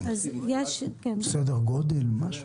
סדר גודל, משה.